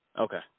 okay